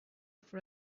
for